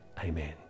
Amen